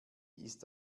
ist